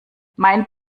mein